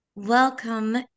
Welcome